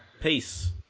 peace